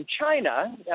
China